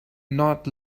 not